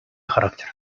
характер